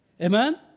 Amen